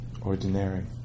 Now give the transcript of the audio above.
ordinary